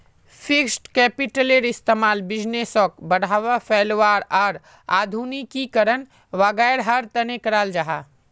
fixed कैपिटलेर इस्तेमाल बिज़नेसोक बढ़ावा, फैलावार आर आधुनिकीकरण वागैरहर तने कराल जाहा